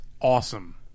awesome